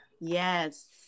Yes